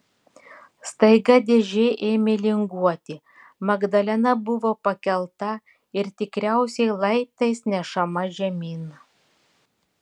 staiga dėžė ėmė linguoti magdalena buvo pakelta ir tikriausiai laiptais nešama žemyn